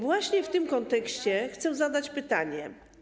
Właśnie w tym kontekście chcę zadać pytanie.